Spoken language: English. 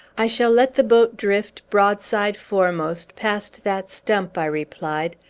i shall let the boat drift, broadside foremost, past that stump, i replied.